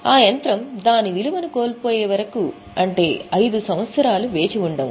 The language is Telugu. ఆ యంత్రం దాని విలువను కోల్పోయే వరకు అంటే 5 సంవత్సరాలు వేచి ఉండము